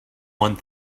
one